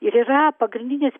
ir yra pagrindinės